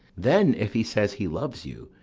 then if he says he loves you,